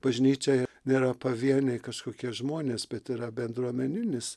bažnyčia nėra pavieniai kažkokie žmonės bet yra bendruomeninis